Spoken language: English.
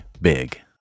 big